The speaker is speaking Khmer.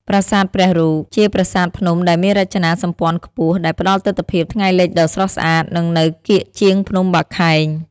ប្រាសាទព្រះរូប: ជាប្រាសាទភ្នំដែលមានរចនាសម្ព័ន្ធខ្ពស់ ដែលផ្តល់ទិដ្ឋភាពថ្ងៃលិចដ៏ស្រស់ស្អាត និងនៅកៀកជាងភ្នំបាខែង។